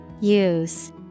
Use